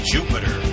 Jupiter